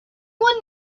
one